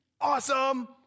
awesome